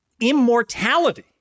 immortality